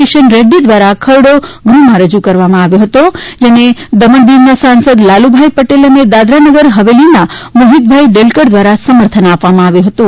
કિશન રેડ્ડી દ્વારા આ ખરડો ગૃહમા રજૂ કરવામાં આવ્યો હતો જેને દમણ દીવના સાંસદ લાલુભાઈ પટેલ અને દાદરા નગર હવેલીના મોહિતભાઇ ડેલકર દ્રારા સમર્થન કરવામાં આવ્યુ હતું